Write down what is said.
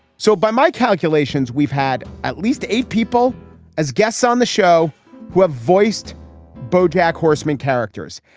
so by my calculations, we've had at least eight people as guests on the show who have voiced bojack horseman characters.